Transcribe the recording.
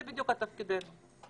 זה בדיוק התפקיד שלנו.